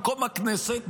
במקום הכנסת,